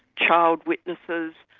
child witnesses.